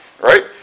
Right